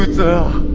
the